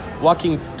walking